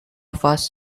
fast